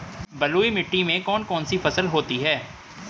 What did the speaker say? बलुई मिट्टी में कौन कौन सी फसल होती हैं?